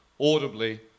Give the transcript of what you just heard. audibly